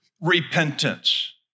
repentance